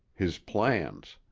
his plans.